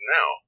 now